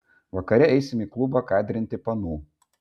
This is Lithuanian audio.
vakare eisim į klubą kadrinti panų